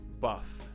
buff